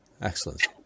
Excellent